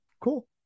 cool